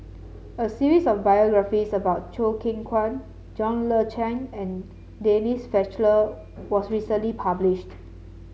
a series of biographies about Choo Keng Kwang John Le Cain and Denise Fletcher was recently published